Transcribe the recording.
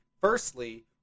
Firstly